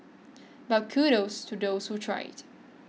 but kudos to those who tried